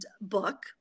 book